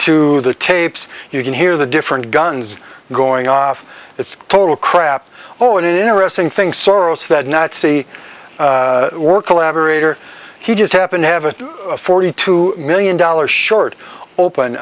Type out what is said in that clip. to the tapes you can hear the different guns going off it's total crap oh an interesting thing soros that nazi or collaborator he just happened to have a forty two million dollar short op